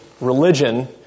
religion